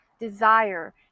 desire